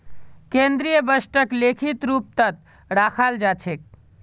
केन्द्रीय बजटक लिखित रूपतत रखाल जा छेक